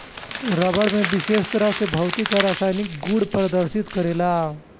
रबड़ में विशेष तरह के भौतिक आ रासायनिक गुड़ प्रदर्शित करेला